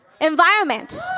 environment